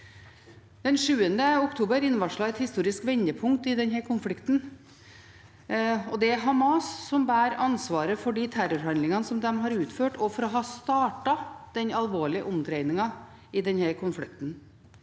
Den 7. oktober innvarslet et historisk vendepunkt i denne konflikten. Det er Hamas som bærer ansvaret for de terrorhandlingene som de har utført, og for å ha startet den alvorlige omdreiningen i denne konflikten.